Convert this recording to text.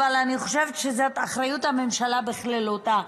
אבל אני חושבת שזאת אחריות הממשלה בכללותה,